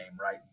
right